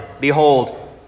behold